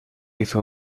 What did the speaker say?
hizo